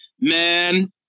man